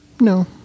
No